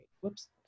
Whoops